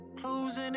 closing